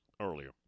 Earlier